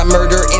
murder